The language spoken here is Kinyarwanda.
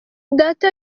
data